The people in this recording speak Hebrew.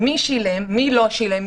מי שילם, מי לא שילם.